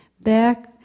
back